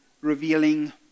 revealing